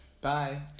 Bye